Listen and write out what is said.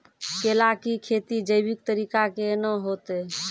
केला की खेती जैविक तरीका के ना होते?